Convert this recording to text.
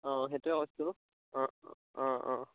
অঁ সেইটোৱে বস্তু অঁ অঁ অঁ অঁ